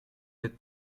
êtes